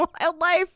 wildlife